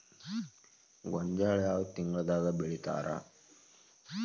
ಗೋಂಜಾಳ ಯಾವ ತಿಂಗಳದಾಗ್ ಬೆಳಿತಾರ?